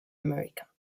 america